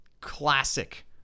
classic